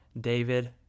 David